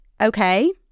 okay